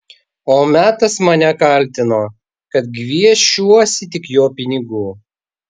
o metas mane kaltino kad gviešiuosi tik jo pinigų